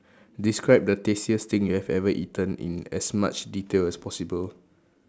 describe the tastiest thing you have ever eaten in as much detail as possible